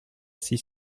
six